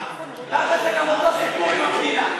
ככה זה גם אותו סיפור עם המדינה.